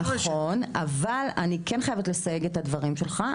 נכון, אבל אני כן חייבת לסייג את הדברים שלך.